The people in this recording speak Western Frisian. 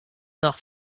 noch